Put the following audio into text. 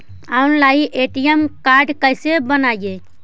Online ATM card कैसे बनाई?